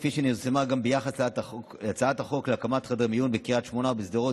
כפי שנמסרה גם ביחס להצעת החוק להקמת חדרי מיון בקריית שמונה ובשדרות,